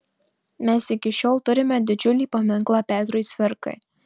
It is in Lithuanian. mes iki šiol turime didžiulį paminklą petrui cvirkai